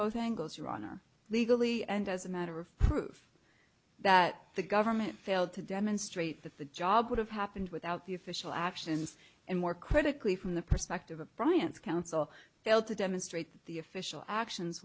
both angles your honor legally and as a matter of proof that the government failed to demonstrate that the job would have happened without the official actions and more critically from the perspective of bryant's counsel failed to demonstrate that the official actions